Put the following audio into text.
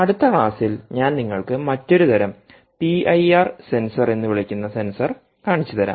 അടുത്ത ക്ലാസ്സിൽ ഞാൻ നിങ്ങൾക്ക് മറ്റൊരു തരം PIR സെൻസർ എന്ന് വിളിക്കുന്ന സെൻസർ കാണിച്ചുതരാം